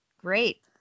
great